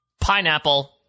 Pineapple